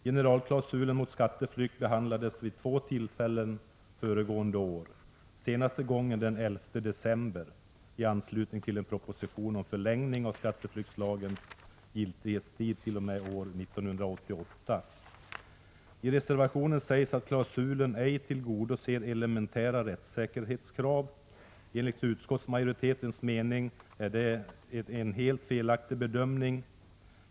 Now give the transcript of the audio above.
Generalklausulen mot skatteflykt behandlades vid två tillfällen föregående år, senaste gången den 11 december, i anslutning till en proposition om förlängning av skatteflyktslagens giltighetstid t.o.m. år 1988. I reservationen sägs att klausulen ej tillgodoser elementära rättssäkerhetskrav. Enligt utskottsmajoritetens mening är det en helt felaktig bedömning.